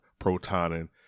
protoning